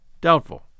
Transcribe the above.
Doubtful